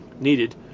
needed